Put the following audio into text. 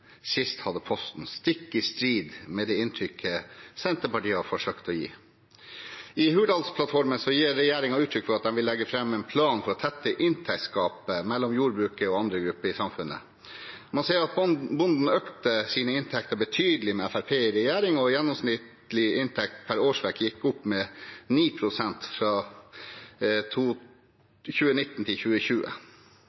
sist hadde posten, stikk i strid med det inntrykket Senterpartiet har forsøkt å gi. I Hurdalsplattformen gir regjeringen uttrykk for at den vil legge fram en plan for å tette inntektsgapet mellom jordbruket og andre grupper i samfunnet. Man ser at bonden økte sine inntekter betydelig med Fremskrittspartiet i regjering, og gjennomsnittlig inntekt pr. årsverk gikk opp med 9 pst. fra